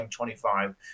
M25